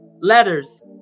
letters